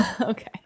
Okay